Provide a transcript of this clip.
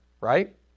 right